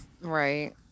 Right